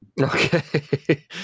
Okay